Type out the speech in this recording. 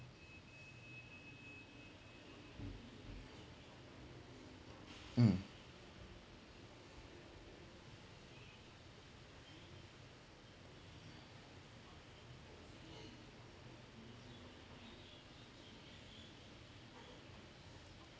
mm